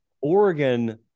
Oregon